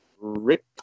Rick